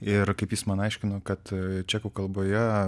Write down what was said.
ir kaip jis man aiškino kad čekų kalboje